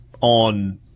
on